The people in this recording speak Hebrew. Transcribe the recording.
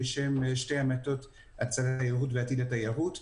בשם שני מטות "הצלת התיירות" ו"עתיד התיירות",